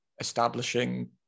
Establishing